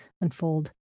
unfold